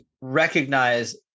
recognize